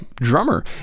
drummer